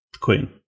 Queen